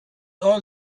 all